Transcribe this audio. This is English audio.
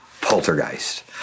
Poltergeist